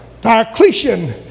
Diocletian